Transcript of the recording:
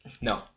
No